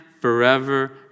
forever